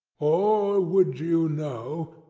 or would you know,